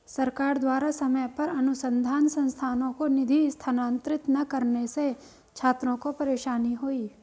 सरकार द्वारा समय पर अनुसन्धान संस्थानों को निधि स्थानांतरित न करने से छात्रों को परेशानी हुई